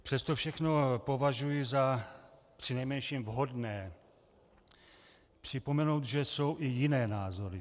Přes to všechno považuji za přinejmenším vhodné připomenout, že jsou i jiné názory.